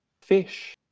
fish